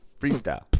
freestyle